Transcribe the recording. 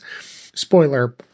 Spoiler